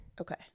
Okay